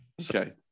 Okay